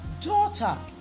daughter